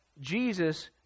Jesus